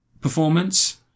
performance